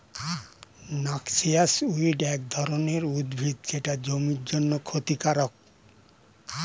noxious weed এক ধরনের উদ্ভিদ যেটা জমির জন্যে ক্ষতিকারক